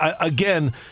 Again